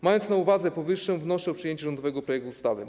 Mając na uwadze powyższe, wnoszę o przyjęcie rządowego projektu ustawy.